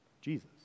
Jesus